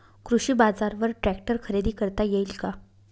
कृषी बाजारवर ट्रॅक्टर खरेदी करता येईल का?